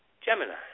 Gemini